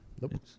nope